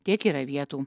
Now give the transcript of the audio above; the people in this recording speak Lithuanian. tiek yra vietų